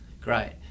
great